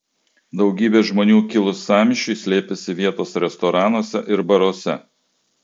daugybė žmonių kilus sąmyšiui slėpėsi vietos restoranuose ir baruose